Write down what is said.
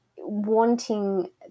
wanting